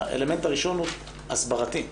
האלמנט הראשון הוא הסברתי.